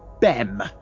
BEM